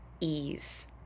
ease